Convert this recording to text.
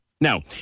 Now